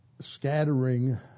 scattering